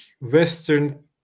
Western